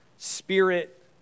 Spirit